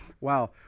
Wow